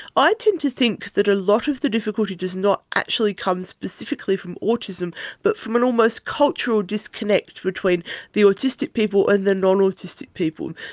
i tend to think that a lot of the difficulty does not actually come specifically from autism but from an almost cultural disconnect between the autistic people and the non-autistic people.